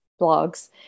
blogs